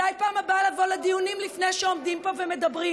כדאי בפעם הבאה לבוא לדיונים לפני שעומדים פה ומדברים,